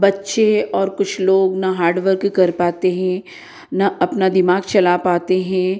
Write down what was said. बच्चे और कुछ लोग न हार्ड वर्क कर पाते हैं ना अपना दिमाग चला पाते हैं